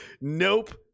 Nope